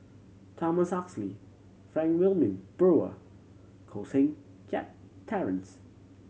Thomas Oxley Frank Wilmin Brewer Koh Seng Kiat Terence